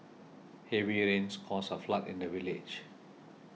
heavy rains caused a flood in the village